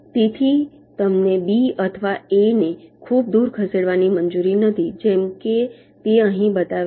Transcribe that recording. તેથી તમને B અથવા Aને ખૂબ દૂર ખસેડવાની મંજૂરી નથી જેમ કે તે અહીં બતાવે છે